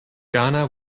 ghana